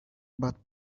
but